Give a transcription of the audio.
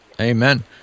Amen